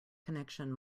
connection